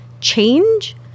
change